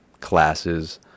classes